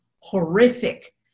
horrific